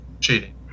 Cheating